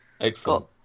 Excellent